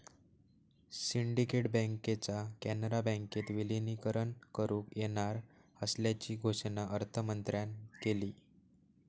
syndicate बँकेचा कॅनरा बँकेत विलीनीकरण करुक येणार असल्याची घोषणा अर्थमंत्र्यांन केली